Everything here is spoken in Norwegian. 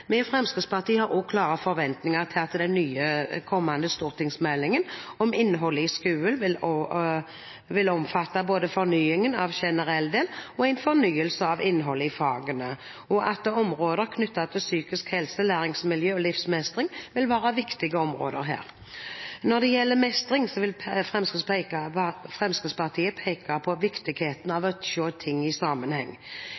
Vi i Fremskrittspartiet har også klare forventninger til at den kommende stortingsmeldingen om innholdet i skolen vil omfatte både fornyingen av generell del og en fornying av innholdet i fagene, og at områder knyttet til psykisk helse, læringsmiljø og livsmestring vil være viktige områder her. Når det gjelder mestring, vil Fremskrittspartiet peke på viktigheten